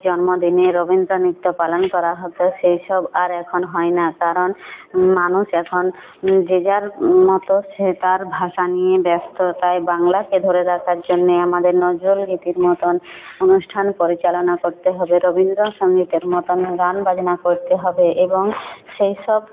জন্মদিনে রবীন্দ্র নৃত্য পালন করা হতো সেই সব আর এখন হয় না কারণ মানুষ এখন যে যার মতো সে তার ভাষা নিয়ে ব্যস্ত তাই বাংলাকে ধরে রাখার জন্যে আমাদের নজরুলগীতির মতন অনুষ্ঠান পরিচালনা করতে হবে রবীন্দ্র সঙ্গীতের মতোন গান বাজনা করতে হবে এবং সেই সব